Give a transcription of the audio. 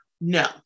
No